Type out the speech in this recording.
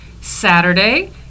Saturday